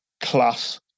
class